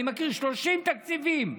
אני מכיר 30 תקציבים,